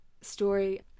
story